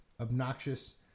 obnoxious